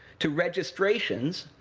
to registrations,